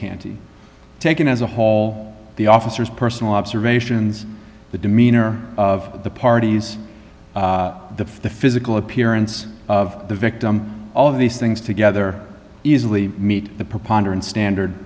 canty taken as a whole the officers personal observations the demeanor of the parties the physical appearance of the victim all of these things together easily meet the preponderance standard